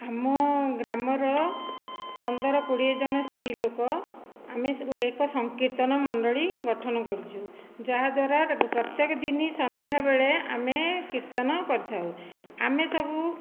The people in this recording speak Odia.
ଆମ ଗ୍ରାମର ପନ୍ଦର କୋଡ଼ିଏ ଜଣ ସ୍ତ୍ରୀ ଲୋକ ଆମେ ଏକ ସଂକୀର୍ତ୍ତନ ମଣ୍ଡଳି ଗଠନ କରିଛୁ ଯାହା ଦ୍ୱାରା ପ୍ରତ୍ୟେକ ଦିନ ସଂଧ୍ୟା ବେଳେ ଆମେ କୀର୍ତ୍ତନ କରିଥାଉ ଆମେ ସବୁ